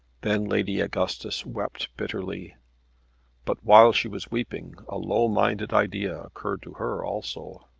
then lady augustus wept bitterly but while she was weeping, a low-minded idea occurred to her also.